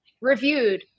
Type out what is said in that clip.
reviewed